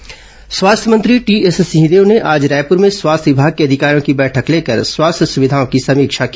सिंहदेव समीक्षा बैठक स्वास्थ्य मंत्री टीएस सिंहदेव ने आज रायपूर में स्वास्थ्य विमाग के अधिकारियों की बैठक लेकर स्वास्थ्य सुविधाओं की समीक्षा की